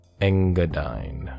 engadine